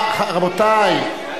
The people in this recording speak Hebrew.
גבולות 67'. רבותי,